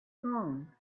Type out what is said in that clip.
phone